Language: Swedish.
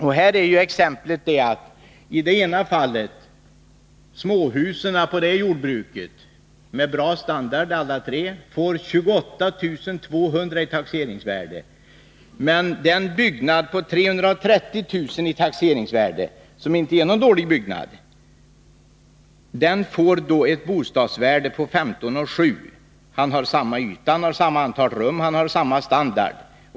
I det senare fallet har vi jordbruket med småhusen — med bra standard alla tre — som får 28 200 i bostadsförmånsvärde. I det förra fallet får byggnaden som har 330 000 i taxeringsvärde, och inte är någon dålig byggnad, ett bostadsvärde på 15 700. Den byggnaden har samma yta som de tre tillsammans, samma antal rum och samma standard.